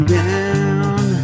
down